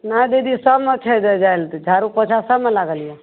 नहि दीदी सबमे छै देल झाड़ू पोछा सबमे लागल यऽ